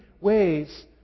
ways